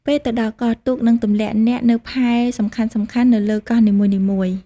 ពេលទៅដល់កោះ ទូកនឹងទម្លាក់អ្នកនៅផែសំខាន់ៗនៅលើកោះនីមួយៗ។